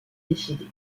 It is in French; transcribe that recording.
décidé